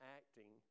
acting